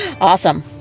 awesome